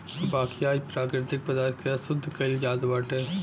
बाकी आज प्राकृतिक पदार्थ के अशुद्ध कइल जात बाटे